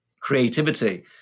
creativity